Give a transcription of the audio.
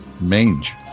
mange